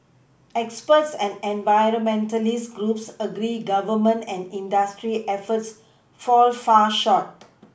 experts and environmentalist groups agree Government and industry efforts fall far short